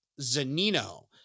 Zanino